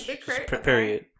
period